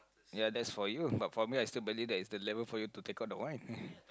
ya that's for you but for me I still believe that it's the level for you to take out the wine